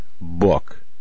book